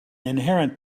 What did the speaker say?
inherent